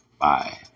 Bye